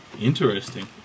interesting